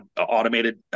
automated